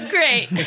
Great